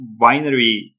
winery